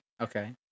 Okay